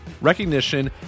Recognition